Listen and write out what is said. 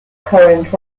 current